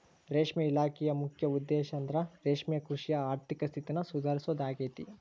ರೇಷ್ಮೆ ಇಲಾಖೆಯ ಮುಖ್ಯ ಉದ್ದೇಶಂದ್ರ ರೇಷ್ಮೆಕೃಷಿಯ ಆರ್ಥಿಕ ಸ್ಥಿತಿನ ಸುಧಾರಿಸೋದಾಗೇತಿ